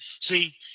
see